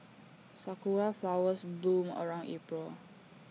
Sakura Flowers bloom around April